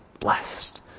blessed